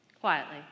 quietly